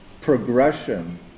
progression